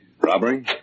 Robbery